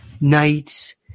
night's